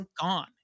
gone